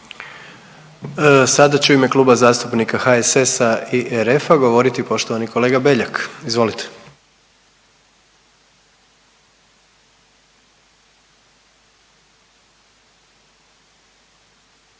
Sada će u ime Kluba zastupnika HSS-a i RF-a govoriti poštovani kolega Beljak. Izvolite.